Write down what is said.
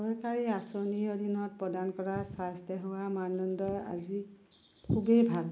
চৰকাৰী আচনীৰ অধীনত প্ৰদান কৰা স্বস্থ্যসেৱাৰ মানদণ্ড আজি খুবেই ভাল